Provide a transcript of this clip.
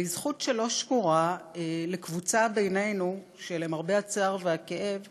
אבל היא זכות שלא שמורה לקבוצה בינינו שלמרבה הצער והכאב